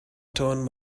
turned